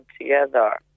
together